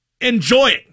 enjoying